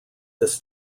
this